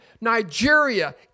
Nigeria